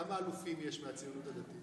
כמה אלופים יש מהציונות הדתית?